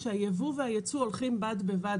שהייבוא והייצוא הולכים בד בבד,